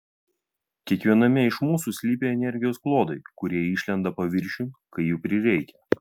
kiekviename iš mūsų slypi energijos klodai kurie išlenda paviršiun kai jų prireikia